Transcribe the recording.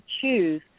choose